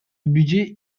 budget